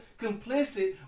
complicit